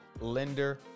lender